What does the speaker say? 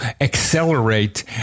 accelerate